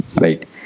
right